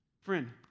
Friend